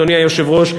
אדוני היושב-ראש,